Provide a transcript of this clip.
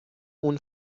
اون